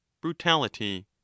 brutality